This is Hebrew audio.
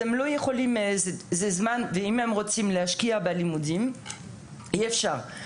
אם הם רוצים להשקיע בלימודים אי-אפשר.